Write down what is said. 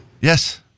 Yes